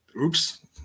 oops